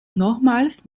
nochmals